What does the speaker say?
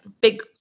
big